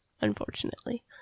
unfortunately